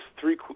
three